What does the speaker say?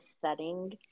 setting